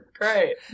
great